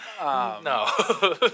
No